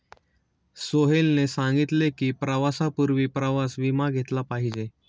सोहेलने सांगितले की, प्रवासापूर्वी प्रवास विमा घेतला पाहिजे